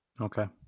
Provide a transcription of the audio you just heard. Okay